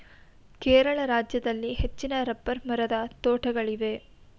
ಕೇರಳ ರಾಜ್ಯದಲ್ಲಿ ಹೆಚ್ಚಿನ ರಬ್ಬರ್ ಮರದ ತೋಟಗಳಿವೆ